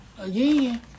Again